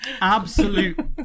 Absolute